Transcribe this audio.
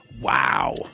Wow